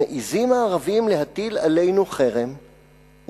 מעזים הערבים להטיל עלינו חרם,